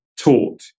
taught